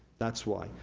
that's why,